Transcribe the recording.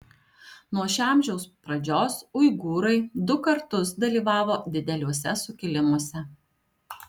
nuo šio amžiaus pradžios uigūrai du kartus dalyvavo dideliuose sukilimuose